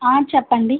చెప్పండి